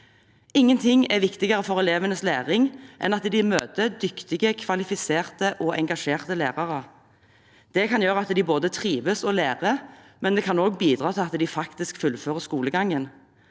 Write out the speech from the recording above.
Ingenting er viktigere for elevenes læring enn at de møter dyktige, kvalifiserte og engasjerte lærere. Det kan gjøre at de både trives og lærer, men det kan også bidra til at de faktisk fullfører skolegangen.